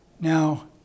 Now